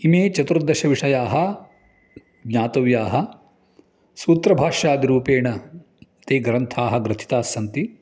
इमे चतुर्दशविषयाः ज्ञातव्याः सूत्रभाष्यादिरूपेण ते ग्रन्थाः ग्रथितास्सन्ति